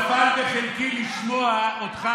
נפל בחלקי לשמוע אותך,